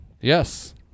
Yes